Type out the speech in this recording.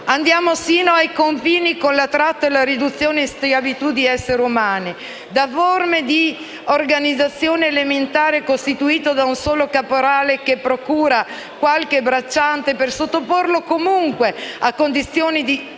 fino ai confini della tratta e riduzione in schiavitù di esseri umani, da forme di organizzazione elementare costituite da un solo caporale che procura qualche bracciante per sottoporlo comunque a condizioni di